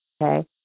Okay